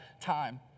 time